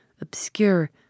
obscure